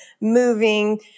moving